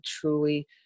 truly